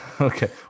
Okay